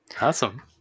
Awesome